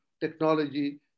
technology